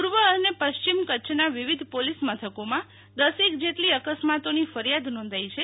પૂર્વ અને પશ્ચિમ કચ્છના વિવિધ પોલીસ મથકોમાં દસેક જેટલી અકસ્માતની ફરિયાદ નોંધાઈ છે